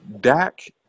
Dak